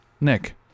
Nick